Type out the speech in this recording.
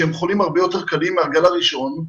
שהם חולים הרבה יותר קלים מהגל הראשון,